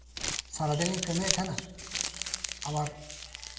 ᱥᱟᱨᱟᱫᱤᱱ ᱜᱤᱧ ᱠᱟᱹᱢᱤᱭᱮᱜ ᱛᱟᱸᱦᱮᱱᱟ ᱟᱵᱟᱨ